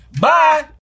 bye